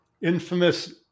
infamous